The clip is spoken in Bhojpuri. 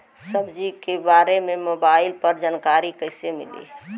सब्जी के बारे मे मोबाइल पर जानकारी कईसे मिली?